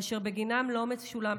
אשר בגינם לא משולם פיצוי,